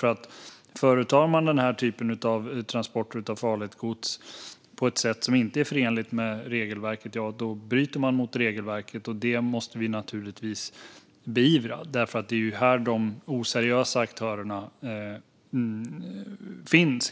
Om man företar den här typen av transporter av farligt gods på ett sätt som inte är förenligt med regelverket, det vill säga bryter mot regelverket, måste vi naturligtvis beivra det. Det är här de oseriösa aktörerna finns.